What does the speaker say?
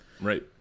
Right